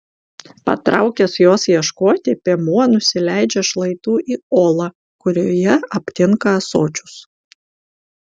patraukęs jos ieškoti piemuo nusileidžia šlaitu į olą kurioje aptinka ąsočius